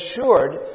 assured